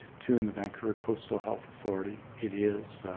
two in the vancouver coastal health authority. it is